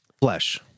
Flesh